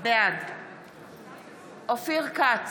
בעד אופיר כץ,